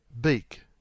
Beak